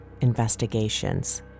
investigations